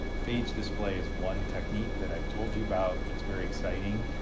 phage display is one technique that i've told you about, it's very exciting.